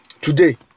today